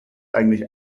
eigentlich